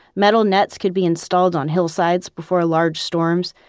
metal nets could be installed on hillsides before large storms,